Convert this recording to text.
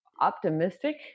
optimistic